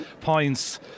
points